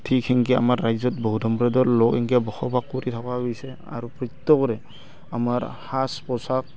ঠিক সেংকে আমাৰ ৰাজ্যত বহুত বসবাস কৰি থকা গৈছে আৰু আমাৰ সাজ পোচাক